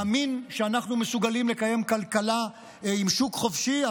להאמין שאנחנו מסוגלים לקיים כלכלה עם שוק חופשי,